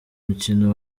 mukino